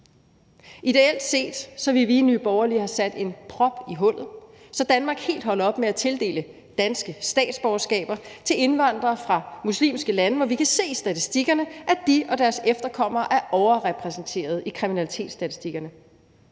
Ideelt set ville vi i Nye Borgerlige have sat en prop i hullet, så Danmark helt holder op med at tildele danske statsborgerskaber til indvandrere fra muslimske lande, hvor vi kan se i statistikkerne, at de og deres efterkommere er overrepræsenteret i kriminalitetsstatistikkerne.